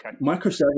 microservices